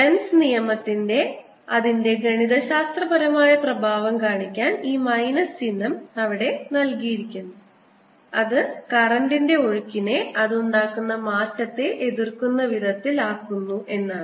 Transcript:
lens നിയമത്തെ അതിന്റെ ഗണിതശാസ്ത്രപരമായ പ്രഭാവം കാണിക്കാൻ ഈ മൈനസ് ചിഹ്നം അവിടെ നൽകിയിരിക്കുന്നു അത് കറൻറ്ൻറെ ഒഴുക്കിനെ അത് ഉണ്ടാക്കുന്ന മാറ്റത്തെ എതിർക്കുന്ന വിധത്തിൽ ആക്കുന്നു എന്നതാണ്